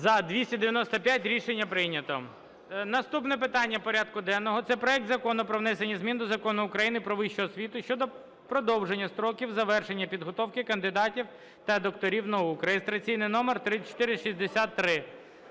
За-295 Рішення прийнято. Наступне питання порядку денного – це проект Закону про внесення змін до Закону України "Про вищу освіту" щодо продовження строків завершення підготовки кандидатів та докторів наук (реєстраційний номер 3463).